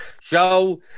Show